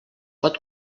pot